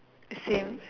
same